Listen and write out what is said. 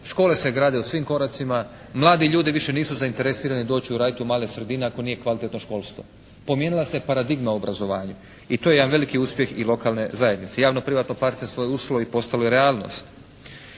Škole se grade u svim koracima, mladi ljudi više nisu zainteresirani doći raditi u male sredine ako nije kvalitetno školstvo. Pomjerila se paradigma u obrazovanju i to je jedan veliki uspjeh i lokalne zajednice. Javno privatno partnerstvo je ušlo i postalo je realnost.